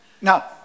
Now